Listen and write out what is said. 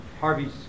Harvey's